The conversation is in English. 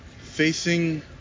facing